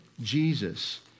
Jesus